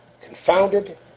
confounded